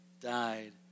died